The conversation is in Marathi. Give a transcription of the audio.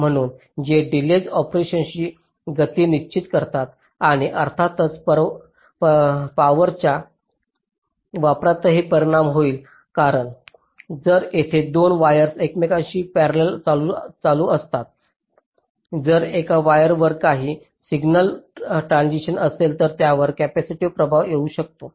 म्हणून ते डिलेज ऑपरेशनची गती निश्चित करतात आणि अर्थातच पावरच्या वापरावरही परिणाम होईल कारण जर तेथे दोन वायर्स एकमेकांशी पॅरेलाल चालू असतात जर एका वायरवर काही सिग्नल ट्रान्सिशन असेल तर त्यावर कॅपेसिटीव्ह प्रभाव येऊ शकतो